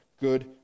good